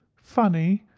funny,